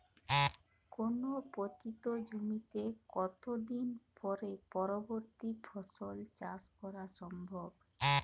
কোনো পতিত জমিতে কত দিন পরে পরবর্তী ফসল চাষ করা সম্ভব?